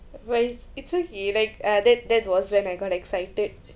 but it's it's okay like uh that that was when I got excited